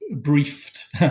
briefed